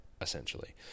essentially